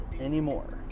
anymore